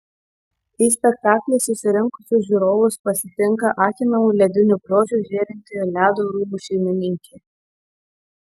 į spektaklį susirinkusius žiūrovus pasitinka akinamu lediniu grožiu žėrinti ledo rūmų šeimininkė